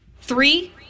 Three